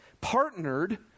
partnered